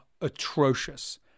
atrocious